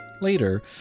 Later